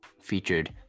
featured